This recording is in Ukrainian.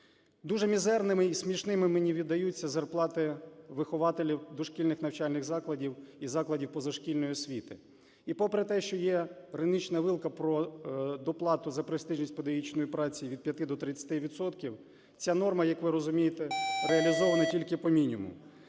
Дуже мізерними і смішними мені віддаються зарплати вихователів дошкільних навчальних закладів і закладів позашкільної освіти. І попри те, що є гранична вилка про доплату за престижність педагогічної праці від 5 до 30 відсотків, ця норма, як ви розумієте, реалізована тільки по мінімуму.